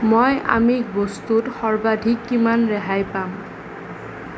মই আমিষ বস্তুত সৰ্বাধিক কিমান ৰেহাই পাম